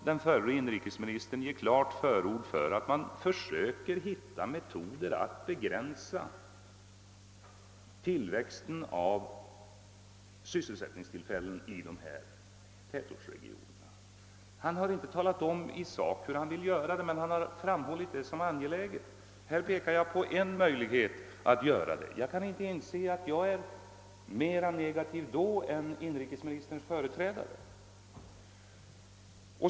Den förre inrikesministern ger klart förord åt att man skall försöka hitta metoder att begränsa tillväxten av sysselsättningstillfällen i tätortsregionerna. Han talar inte om hur det skall göras, men han har framhållit det som angeläget. Jag har pekat på en möjlighet att göra det. Jag kan inte inse att jag är mer negativ än inrikesministerns företrädare.